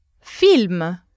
Film